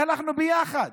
הלכנו ביחד